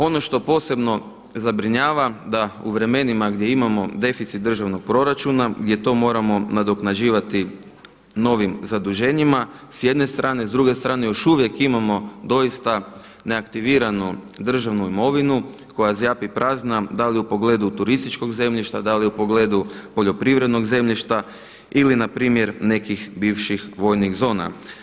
Ono što posebno zabrinjava, da u vremenima gdje imamo deficit državnog proračuna gdje to moramo nadoknađivati novim zaduženjima s jedne, s druge strane još uvijek imamo doista neaktiviranu državnu imovinu, da li u pogledu turističkog zemljišta, da li u pogledu poljoprivrednog zemljišta ili npr. nekih bivših vojnih zona.